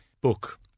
book